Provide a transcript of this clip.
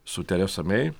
su teresa mei